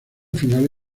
final